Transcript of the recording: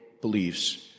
beliefs